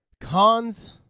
cons